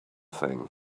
thing